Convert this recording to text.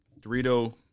Dorito